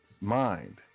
mind